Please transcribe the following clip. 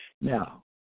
Now